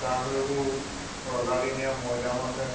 তাত এইবোৰ ৰজাদিনীয়া মৈদাম আছে